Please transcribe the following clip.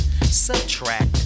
Subtract